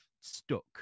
stuck